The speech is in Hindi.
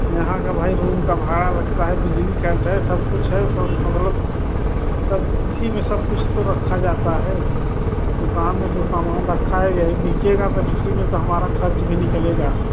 यहाँ का भाई रूम का भाड़ा लगता है बिजली खर्च है सब कुछ है सब मतलब सब इसी में सब कुछ तो रखा जाता है दुकान में जो सामान रखा है यही बिकेगा तब इसी में तो हमारा खर्च भी निकलेगा